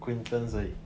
acquaintance 而已